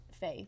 faith